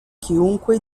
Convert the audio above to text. chiunque